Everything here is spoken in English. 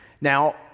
now